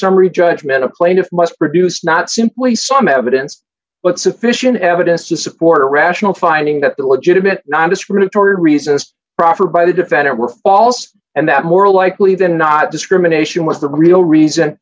summary judgment a plaintiff must produce not simply some evidence but sufficient evidence to support a rational finding that the legitimate nondiscriminatory resist proffered by the defendant were false and that more likely than not discrimination was the real reason